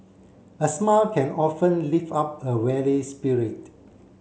a smile can often lift up a weary spirit